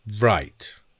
right